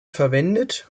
verwendet